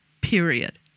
Period